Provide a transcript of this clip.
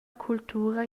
cultura